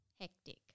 hectic